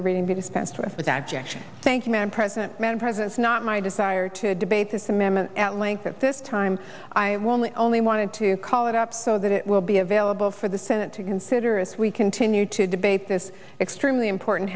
madam president man president is not my desire to debate this amendment at length at this time i will only only wanted to call it up so that it will be available for the senate to consider as we continue to debate this extremely important